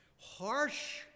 harsh